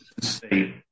state